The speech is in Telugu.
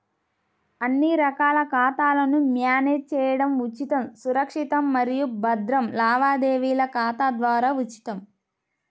అన్ని రకాల ఖాతాలను మ్యానేజ్ చేయడం ఉచితం, సురక్షితం మరియు భద్రం లావాదేవీల ఖాతా ద్వారా ఉచితం